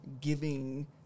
giving